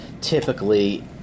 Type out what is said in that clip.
typically